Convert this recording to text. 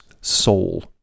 soul